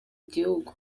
igihugu